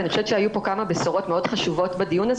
אני חושבת שהיו פה כמה בשורות מאוד חשובות בדיון הזה